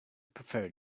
prefer